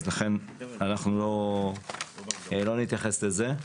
אז לכן אנחנו לא נתייחס לזה.